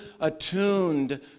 attuned